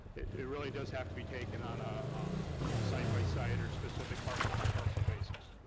it really does have to be taken on a um site by site, or specific parcel by parcel basis.